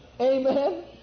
Amen